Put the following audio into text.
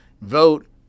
vote